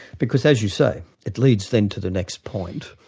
because as you say, it leads them to the next point,